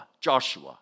Joshua